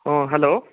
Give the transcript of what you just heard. ହଁ ହ୍ୟାଲୋ